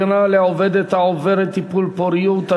הגנה לעובדת העוברת טיפולי פוריות),